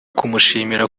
kumushimira